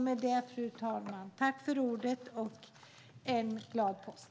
Med det, fru talman, önskar jag en glad påsk.